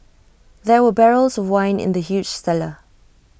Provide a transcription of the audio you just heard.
there were barrels of wine in the huge cellar